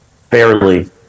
fairly